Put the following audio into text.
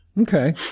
Okay